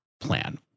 plan